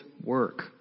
work